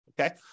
okay